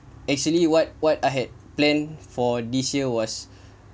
actually what what I had planned for this year was